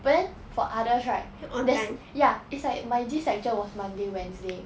but then for others right there's ya it's like my this lecture was monday wednesday